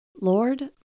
Lord